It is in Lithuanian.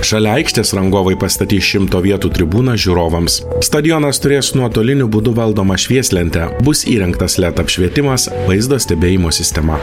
šalia aikštės rangovai pastatys šimto vietų tribūną žiūrovams stadionas turės nuotoliniu būdu valdomą švieslentę bus įrengtas led apšvietimas vaizdo stebėjimo sistema